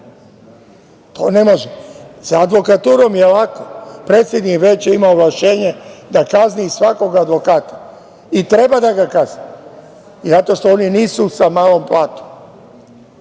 To ne može. Sa advokaturom je lako, predsednik veća ima ovlašćenje da kazni svakog advokata i treba da ga kazni zato što oni nisu sa malom platom